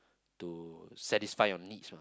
to satisfy your needs one